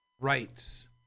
rights